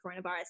coronavirus